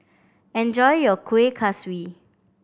enjoy your Kueh Kaswi